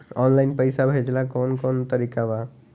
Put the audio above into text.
Online पइसा भेजेला कवन कवन तरीका बा?